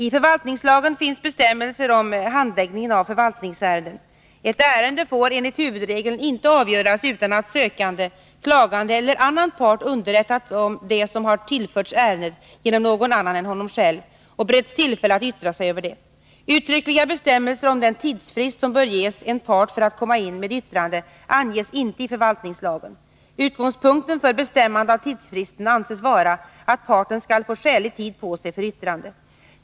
I förvaltningslagen finns bestämmelser om handläggningen av förvaltningsärenden. Ett ärende får enligt huvudregeln inte avgöras utan att sökande, klagande eller annan part underrättas om det som har tillförts ärendet genom någon annan än honom själv, och beretts tillfälle att yttra sig över det. Uttryckliga bestämmelser om den tidsfrist som bör ges en part för att komma in med yttrande anges inte i förvaltningslagen. Utgångspunkten för bestämmande av tidsfristen anses vara att parten skall få skälig tid på sig för yttrande.